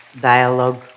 dialogue